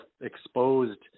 exposed